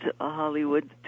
Hollywood